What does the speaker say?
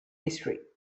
history